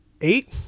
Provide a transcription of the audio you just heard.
eight